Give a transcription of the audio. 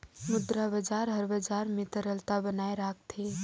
मुद्रा बजार हर बजार में तरलता बनाए राखथे